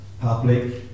public